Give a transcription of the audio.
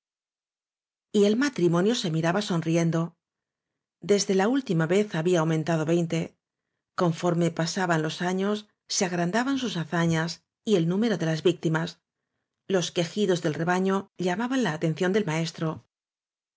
el matrimonio se miraba sonriendo desde la última vez había aumentado veinte conforme pasaban los años se agrandaban sus hazañas y el número de las víctimas los quejidos del rebaño llamaban la aten ción del maestro